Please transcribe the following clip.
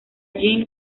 jeanne